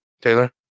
Taylor